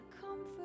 comfort